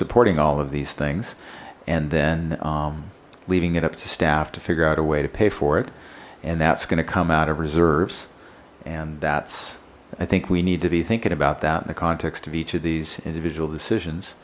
supporting all of these things and then leaving it up to staff to figure out a way to pay for it and that's going to come out of reserves and that i think we need to be thinking about that in the context of each of these individual